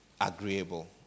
agreeable